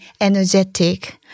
energetic